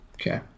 Okay